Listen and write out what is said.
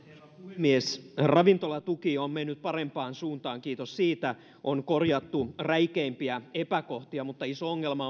puhemies ravintolatuki on mennyt parempaan suuntaan kiitos siitä on korjattu räikeimpiä epäkohtia mutta iso ongelma